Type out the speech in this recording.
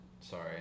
sorry